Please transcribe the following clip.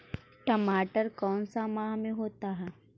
टमाटर कौन सा माह में होता है?